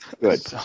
good